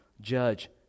judge